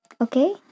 Okay